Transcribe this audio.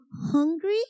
hungry